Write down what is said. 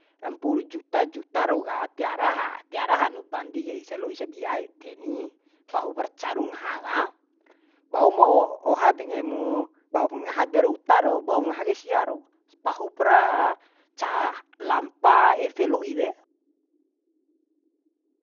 Empuru juta juta rau ka tiara ha tiara hanu bandi kaisa lo'i sabia ede ni pahupra caru ngaha ka baumo oha de nggahimu bau ngaha dawara uta rau baum ngaha kai sia rau pahupra ca lampa efe lo'i de